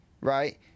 Right